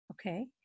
Okay